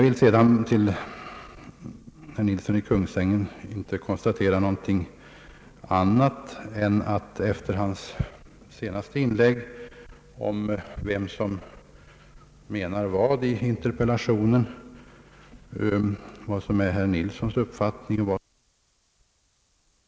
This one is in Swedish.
Till herr Nilsson i Kungsängen kan jag inte säga annat än att efter hans senaste inlägg om vem som menar vad i interpellationen finner jag det tveksamt om ens herr Nilsson delar sina sagesmäns uppfattning. Slutligen sade herr Nilsson att han inte ville ha någonting att göra med Ebberöds bank.